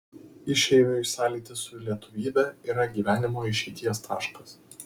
išeiviui sąlytis su lietuvybe yra gyvenimo išeities taškas